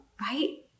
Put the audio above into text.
right